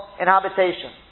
inhabitation